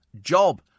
job